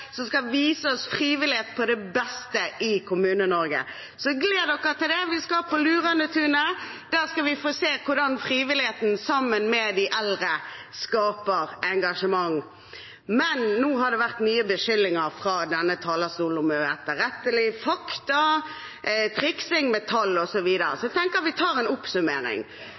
som skal vise oss frivillighet på sitt beste i Kommune-Norge. De kan glede seg til det! Vi skal på Luranetunet. Der skal vi få se hvordan frivilligheten, sammen med de eldre, skaper engasjement. Nå har det vært mange beskyldninger fra talerstolen om uetterrettelige fakta, triksing med tall, osv., så jeg tenker vi tar en oppsummering.